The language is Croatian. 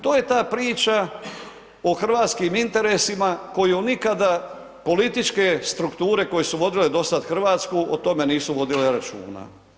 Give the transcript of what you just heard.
To je ta priča o hrvatskim interesima koju nikada političke strukture koje su vodile do sada Hrvatsku o tome nisu vodile računa.